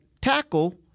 tackle